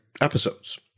episodes